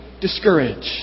discouraged